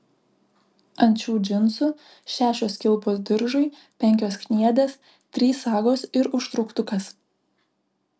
ant šių džinsų šešios kilpos diržui penkios kniedės trys sagos ir užtrauktukas